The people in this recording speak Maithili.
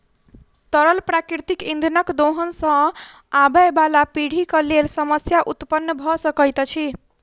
तरल प्राकृतिक इंधनक दोहन सॅ आबयबाला पीढ़ीक लेल समस्या उत्पन्न भ सकैत अछि